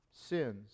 sins